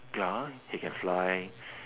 ya he can fly